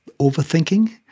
overthinking